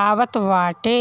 आवत बाटे